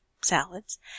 salads